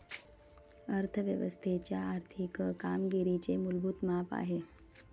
अर्थ व्यवस्थेच्या आर्थिक कामगिरीचे मूलभूत माप आहे